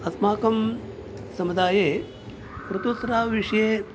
अस्माकं समुदाये ऋतुस्रावविषये